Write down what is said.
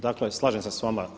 Dakle slažem se s vama.